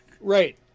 Right